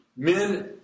Men